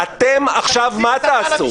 אתם עכשיו מה תעשו?